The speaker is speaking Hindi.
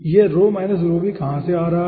यह कहाँ से आ रहा है